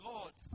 Lord